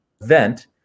event